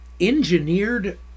engineered